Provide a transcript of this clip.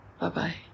bye-bye